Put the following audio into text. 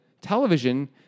television